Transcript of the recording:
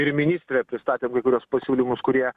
ir ministre pristatėm kai kuriuos pasiūlymus kurie